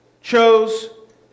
chose